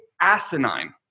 asinine